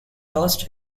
lost